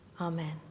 Amen